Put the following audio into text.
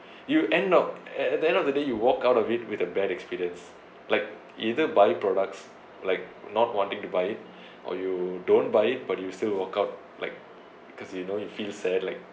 you end of at at the end of the day you walk out of it with a bad experience like either buy products like not wanting to buy it or you don't buy it but you still walk out like because you know you feel sad like